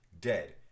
dead